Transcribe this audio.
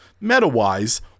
Meta-wise